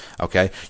okay